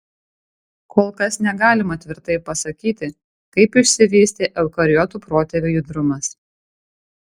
kol kas negalima tvirtai pasakyti kaip išsivystė eukariotų protėvio judrumas